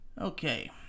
Okay